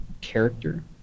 character